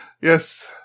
yes